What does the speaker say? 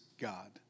God